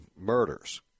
murders